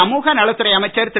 சமூகநலத் துறை அமைச்சர் திரு